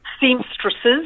seamstresses